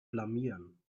blamieren